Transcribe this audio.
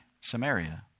Samaria